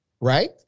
right